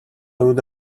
would